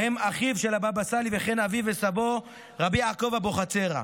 ובהם אחיו של הבבא סאלי וכן אביו וסבו ר' יעקב אבוחצירא.